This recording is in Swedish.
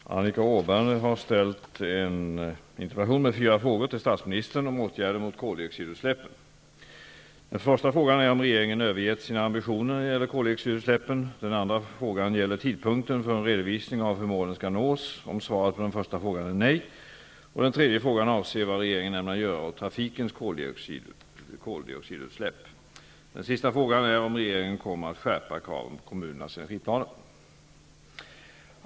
Fru talman! Annika Åhnberg har ställt en interpellation med fyra frågor till statsministern om åtgärder mot koldioxidutsläppen. Den första frågan är om regeringen övergett sina ambitioner när det gäller koldioxidutsläppen. Den andra frågan gäller tidpunkten för en redovisning av hur målen skall nås om svaret på den första frågan är nej. Den tredje frågan avser vad regeringen ämnar göra åt trafikens koldioxidutsläpp. Den sista frågan är om regeringen kommer att skärpa kraven på kommunernas energiplaner.